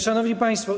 Szanowni Państwo!